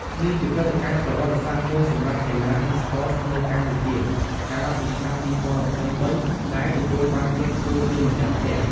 នេះជាព្រឹត្តិការណ៍ប្រវត្តិសាស្ត្រមួយសម្រាប់កីឡា Esports នៅកម្ពុជាកាលពីឆ្នាំ ២០២៣ ដែលទទួលបានសិទ្ធធ្វើជាម្ចាស់ផ្ទះ។